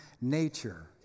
nature